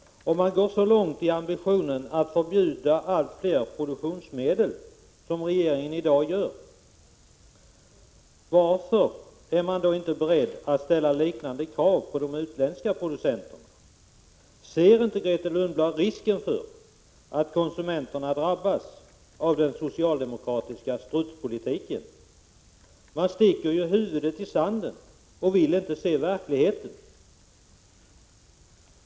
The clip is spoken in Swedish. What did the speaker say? Om man går så långt i ambitionen att förbjuda allt fler produktionsmedel som regeringen gör i dag, varför är man då inte beredd att ställa liknande krav på de utländska producenterna? Ser inte Grethe Lundblad risken för att konsumenterna drabbas av den socialdemokratiska ”strutspolitiken”? Regeringen sticker ju huvudet i sanden och vill inte se verkligheten.